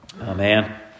Amen